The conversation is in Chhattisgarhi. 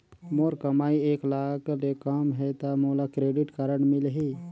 मोर कमाई एक लाख ले कम है ता मोला क्रेडिट कारड मिल ही?